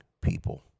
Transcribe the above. people